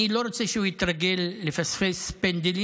אני לא רוצה שהוא יתרגל לפספס פנדלים.